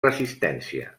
resistència